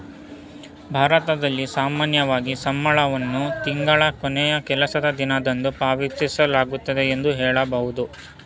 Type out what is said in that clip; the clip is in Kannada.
ಭಾರತದಲ್ಲಿ ಸಾಮಾನ್ಯವಾಗಿ ಸಂಬಳವನ್ನು ತಿಂಗಳ ಕೊನೆಯ ಕೆಲಸದ ದಿನದಂದು ಪಾವತಿಸಲಾಗುತ್ತೆ ಎಂದು ಹೇಳಬಹುದು